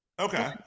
Okay